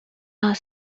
are